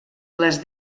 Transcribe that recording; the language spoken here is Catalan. les